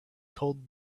told